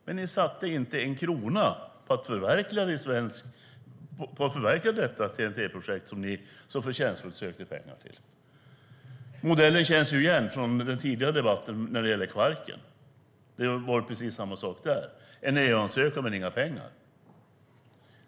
Men ni satsade inte en enda krona på att förverkliga detta TEN-T-projekt som ni så förtjänstfullt sökte pengar till. Modellen känns igen från den tidigare debatten om Kvarken. Det var precis samma sak. Det skedde en EU-ansökan, men det blev inga pengar.